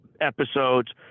episodes